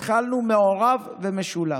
התחלנו מעורב ומשולב.